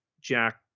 Jack